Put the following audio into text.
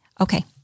okay